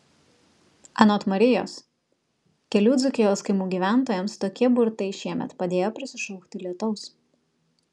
anot marijos kelių dzūkijos kaimų gyventojams tokie burtai šiemet padėjo prisišaukti lietaus